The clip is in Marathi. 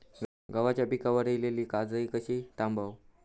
गव्हाच्या पिकार इलीली काजळी कशी थांबव?